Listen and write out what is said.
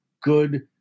good